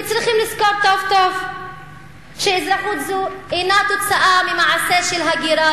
וצריכים לזכור טוב-טוב שאזרחות זו אינה תוצאה ממעשה של הגירה,